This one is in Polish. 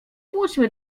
pójdźmy